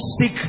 seek